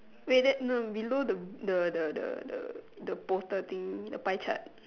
wait no below the the the the the bottle thing the pie chart